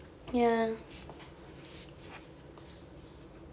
ya